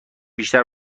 بیشتر